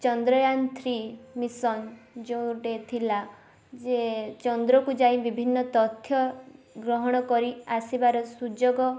Chandrayaan three mission ଯେଉଁଟେ ଥିଲା ଯିଏ ଚନ୍ଦ୍ର କୁ ଯାଇ ବିଭିନ୍ନ ତଥ୍ୟ ଗ୍ରହଣ କରି ଆସିବାର ସୁଯୋଗ